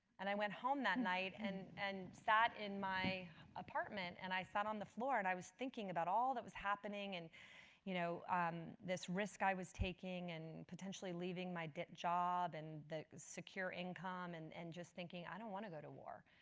and i went home that night and and sat in my apartment. and i sat on the floor and i was thinking about all that was happening and you know um this risk i was taking in potentially leaving my job and the secure income and and just thinking, i don't want to go to war.